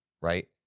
right